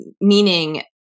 meaning